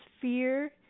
fear